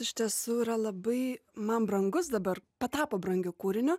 iš tiesų yra labai man brangus dabar patapo brangiu kūriniu